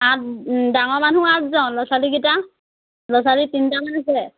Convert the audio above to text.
আঠ ডাঙৰ মানুহ আঠজন ল'ৰা ছোৱালীকেইটা ল'ৰা ছোৱালী তিনিটামান আছে